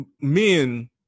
men